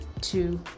two